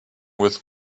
with